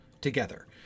together